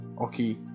okay